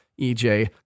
EJ